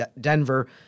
Denver